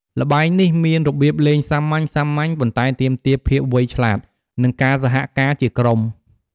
ល្បែងនេះមានរបៀបលេងសាមញ្ញៗ ប៉ុន្តែទាមទារភាពវៃឆ្លាត និងការសហការជាក្រុម។